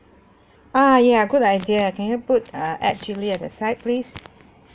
ah ya good idea can you put uh add chilli at the side please